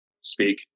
speak